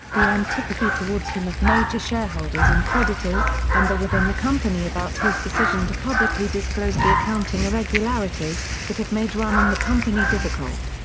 the antipathy towards him of major shareholders and creditors, and the within the company about his decision to publicly disclose the accounting irregularities, would have made running the company difficult.